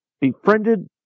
befriended